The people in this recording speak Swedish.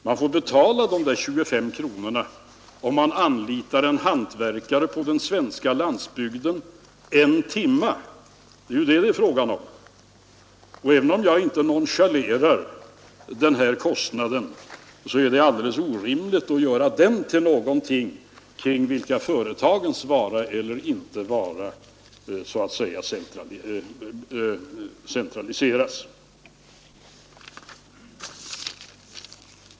Man får betala de där 25 kronorna om man anlitar en hantverkare på den svenska landsbygden en timme. Det är ju detta det är fråga om. Även om jag inte nonchalerar den här kostnaden, så är det alldeles orimligt att göra den till någonting till vilket företagens vara eller icke vara så att säga fixeras.